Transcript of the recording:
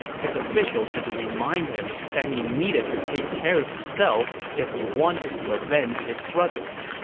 his officials had to remind him that he needed to take care of himself if he wanted to avenge his brothers.